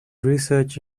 research